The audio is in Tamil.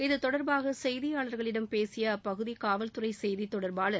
இத்தொடர்பாக செய்தியாளர்களிடம் பேசிய காவல்துறை செய்தித்தொடர்பாளர்